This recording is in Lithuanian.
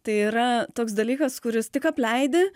tai yra toks dalykas kuris tik apleidi